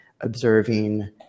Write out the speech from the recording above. observing